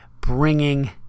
bringing